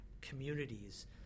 communities